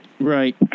Right